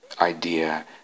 idea